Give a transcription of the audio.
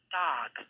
dog